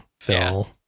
Phil